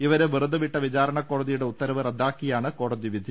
ഇവരെ വെറുതെ വിട്ട വിചാ രണ കോടതിയുടെ ഉത്തരവ് റദ്ദാക്കിയാണ് കോടതി വിധി